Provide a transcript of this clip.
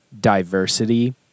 diversity